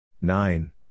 Nine